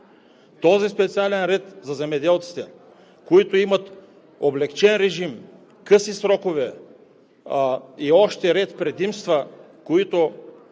Този специален ред за земеделците, които имат облекчен режим, къси срокове и още ред предимства, които,